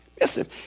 Listen